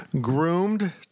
groomed